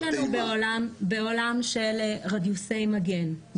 יש לנו בעולם של רדיוסי מגן,